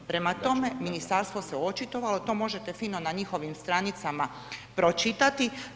Prema tome, Ministarstvo se očitovalo, to možete fino na njihovim stranicama pročitati.